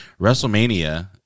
WrestleMania